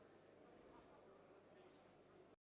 Дякую.